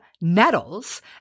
nettles